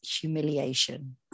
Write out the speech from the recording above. humiliation